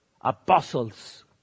apostles